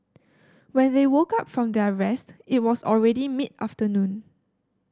when they woke up from their rest it was already mid afternoon